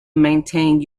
maintain